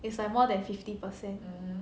is like more than fifty percent